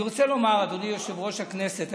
אדוני יושב-ראש הכנסת,